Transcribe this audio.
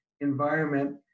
environment